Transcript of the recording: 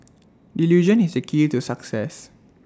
delusion is the key to success